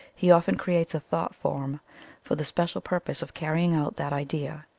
he often creates a thought-form for the spe cial purpose of carrying out that idea.